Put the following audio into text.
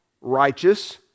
Righteous